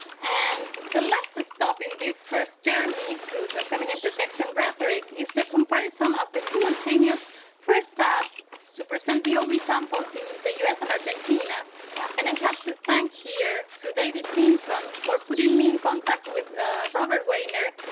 and the last stop in this first journey through the feminine protection rhetoric is the comparison of the simultaneous first ads to present the ah ob tampons in the us and argentina and i have to thank here to david linton for putting me in contact with robert wainer,